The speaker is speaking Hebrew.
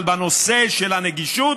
אבל בנושא של הנגישות